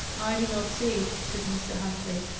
i do not see it, said mr. huntley.